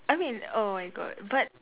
I mean oh my god but